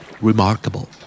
Remarkable